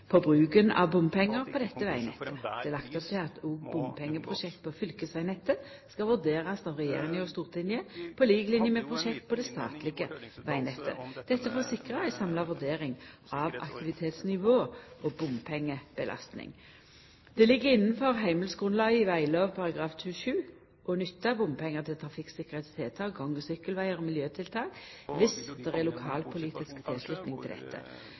på bruken av bompengar på dette vegnettet. Det er lagt opp til at òg bompengeprosjekt på fylkesvegnettet skal vurderast av regjeringa og Stortinget, på lik linje med prosjekt på det statlege vegnettet – dette for å sikra ei samla vurdering av aktivitetsnivå og bompengebelasting. Det ligg innafor heimelsgrunnlaget i veglova § 27 å nytta bompengar til trafikktryggleikstiltak, gang- og sykkelvegar og